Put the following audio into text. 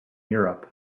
europe